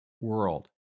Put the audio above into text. world